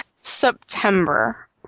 September